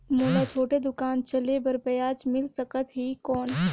मोला छोटे दुकान चले बर ब्याज मिल सकत ही कौन?